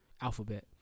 Alphabet